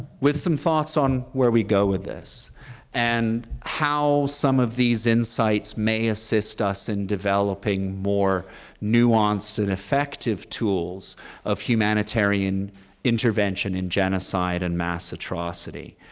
with some thoughts on where we go with this and how some of these insights may assist us in developing more nuanced and effective tools of humanitarian intervention in genocide and mass atrocity,